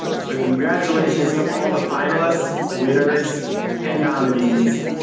so, congratulations to all of the finalists, winners and nominees.